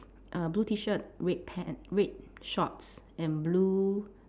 err blue T shirt red pant red shorts and blue